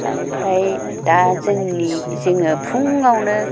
बेनिफ्राय दा जोंनि जोङो फुङावनो